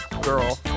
girl